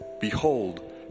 Behold